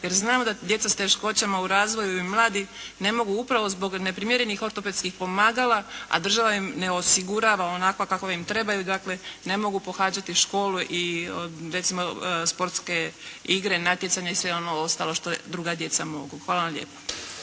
jer znamo da djeca sa teškoćama u razvoju i mladi ne mogu upravo zbog neprimjerenih ortopedskih pomagala, a država im ne osigurava onako kako im trebaju. Dakle, ne mogu pohađati škole i recimo sportske igre, natjecanja i sve ono ostalo što druga djeca mogu. Hvala vam lijepa.